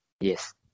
Yes